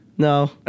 No